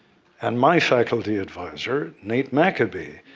and my faculty advisor, nate maccoby.